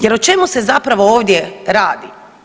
Jer o čemu se zapravo ovdje radi?